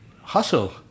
hustle